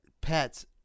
pets